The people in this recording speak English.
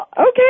okay